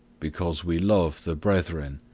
because we love the brethren.